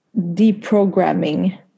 deprogramming